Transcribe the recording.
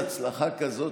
הצלחה כזאת,